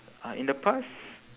uh in the past